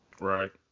Right